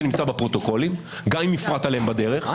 זה בפרוטוקול, גם אם הפרעת להם בדרך.